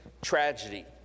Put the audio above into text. Tragedy